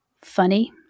funny